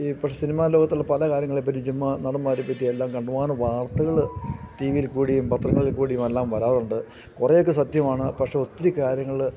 ഈ പക്ഷേ സിനിമാ ലോകത്തുള്ള പല കാര്യങ്ങളെപ്പറ്റി ചുമ്മാതെ നടന്മാരെപ്പറ്റി എല്ലാം കണ്ടമാനം വാർത്തകൾ ടി വിയിൽ കൂടിയും പത്രങ്ങളിൽ കൂടിയും എല്ലാം വരാറുണ്ട് കുറെ ഒക്കെ സത്യമാണ് പക്ഷേ ഒത്തിരി കാര്യങ്ങൾ